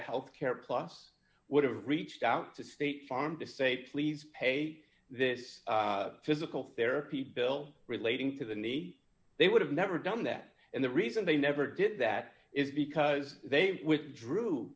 health care plus would have reached out to state farm to say please pay this physical therapy bill relating to the need they would have never done that and the reason they never did that is because they withdrew